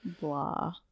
Blah